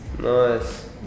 Nice